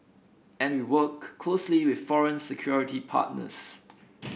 and we work closely with foreign security partners